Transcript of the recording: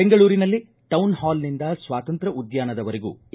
ಬೆಂಗಳೂರಿನಲ್ಲಿ ಟೌನ್ಹಾಲ್ ನಿಂದ ಸ್ವಾತಂತ್ರ್ಯ ಉದ್ಯಾನದ ವರೆಗೂ ಎ